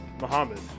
Muhammad